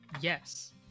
yes